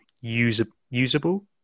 usable